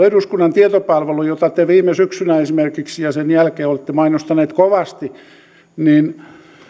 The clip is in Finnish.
eduskunnan tietopalvelu jota te esimerkiksi viime syksynä ja sen jälkeen olette mainostaneet kovasti